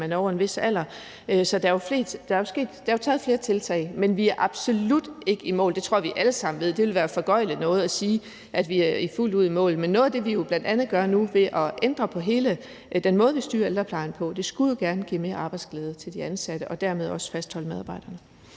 man er over en vis alder. Så der er jo taget flere tiltag, men vi er absolut ikke i mål, og det tror jeg vi alle sammen ved. Det ville være at foregøgle noget at sige, at vi er fuldt ud i mål. Men noget af det, vi jo gør nu, bl.a. ved at ændre på hele den måde, vi styrer ældreplejen på, skulle jo gerne give mere arbejdsglæde til de ansatte og dermed også fastholde medarbejderne.